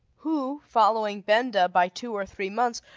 who, following benda by two or three months,